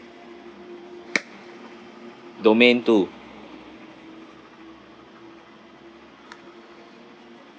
domain two